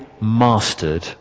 mastered